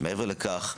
מעבר לכך,